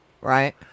right